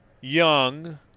Young